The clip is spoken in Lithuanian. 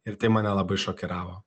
ir tai mane labai šokiravo